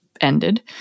ended